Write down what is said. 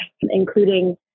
including